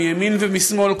מימין ומשמאל,